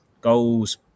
goals